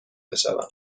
بشوم